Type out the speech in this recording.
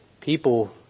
people